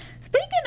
Speaking